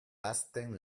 ahazten